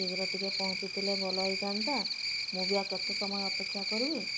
ଶୀଘ୍ର ଟିକେ ପହଞ୍ଚିଥିଲେ ଭଲ ହୋଇଥାନ୍ତା ମୁଁ ବି ଆଉ କେତେ ସମୟ ଅପେକ୍ଷା କରିବି